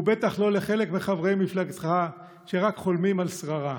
ובטח לא לחלק מחברי מפלגתך שרק חולמים על שררה.